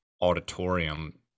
Auditorium